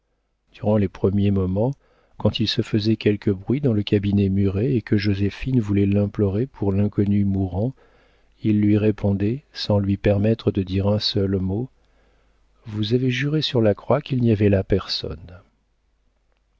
durant les premiers moments quand il se faisait quelque bruit dans le cabinet muré et que joséphine voulait l'implorer pour l'inconnu mourant il lui répondait sans lui permettre de dire un seul mot vous avez juré sur la croix qu'il n'y avait là personne